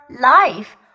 life